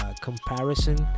Comparison